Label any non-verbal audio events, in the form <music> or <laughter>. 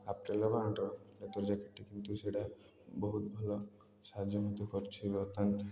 Aprilia ବ୍ରାଣ୍ଡ୍ର <unintelligible> କିନ୍ତୁ ସେଇଟା ବହୁତ ଭଲ ସାହାଯ୍ୟ ମଧ୍ୟ କରିଛି ଥାନ୍ତି